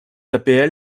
apl